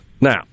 Now